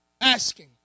asking